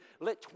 let